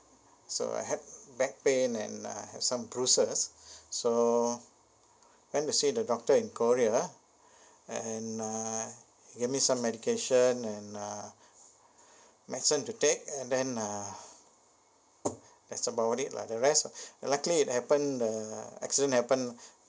so I had back pain and uh some bruises so went to see the doctor in korea and uh they give some medication and uh medicine to take and then uh that's about it lah the rest likely happened uh accident happen